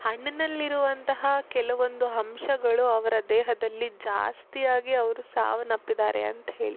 ಹಣ್ಣಿನಲ್ಲಿರುವಂತಹ ಕೆಲವೊಂದು ಅಂಶಗಳು ಅವರ ದೇಹದಲ್ಲಿ ಜಾಸ್ತಿ ಆಗಿ ಅವರು ಸಾವನ್ನಪ್ಪಿದ್ದಾರೆ ಅಂತ ಹೇಳಿ